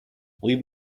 leave